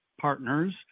partners